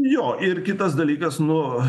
jo ir kitas dalykas nu